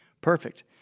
Perfect